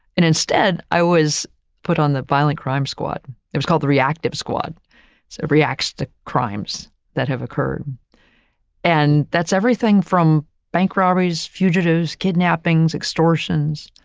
and instead, i was put on the violent crime squad. it was called the reactive squad reacts to crimes that have occurred and that's everything from bank robberies, fugitives, kidnappings, extortions.